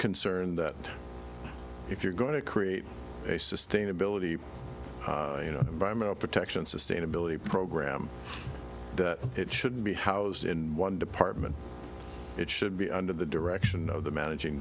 concerned that if you're going to create a sustainability environmental protection sustainability programme that it should be housed in one department it should be under the direction of the managing